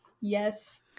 yes